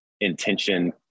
intention